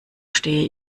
stehe